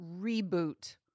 reboot